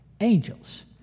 angels